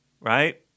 right